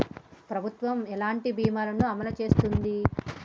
ప్రభుత్వం ఎలాంటి బీమా ల ను అమలు చేస్తుంది?